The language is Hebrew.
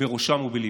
בראשם ובליבם.